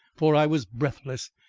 for i was breathless,